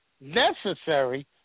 necessary